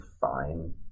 fine